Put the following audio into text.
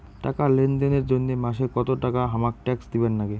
টাকা লেনদেন এর জইন্যে মাসে কত টাকা হামাক ট্যাক্স দিবার নাগে?